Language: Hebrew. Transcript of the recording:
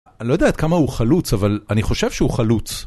אני לא יודע עד כמה הוא חלוץ, אבל אני חושב שהוא חלוץ.